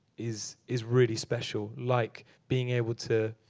is is really special. like being able to